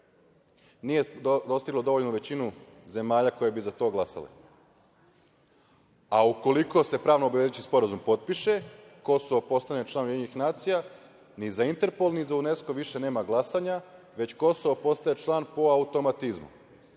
nije dostiglo dovoljnu većinu zemalja koje bi za to glasale, a ukoliko se pravno obavezujući sporazum potpiše, Kosovo postane član UN, ni za Interpol, ni za UNESK-o više nam glasanje, već Kosovo postaje član po automatizmu.